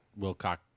Wilcock